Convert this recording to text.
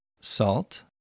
salt